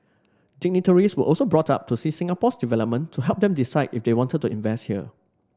dignitaries were also brought up to see Singapore's development to help them decide if they wanted to invest here